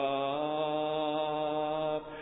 up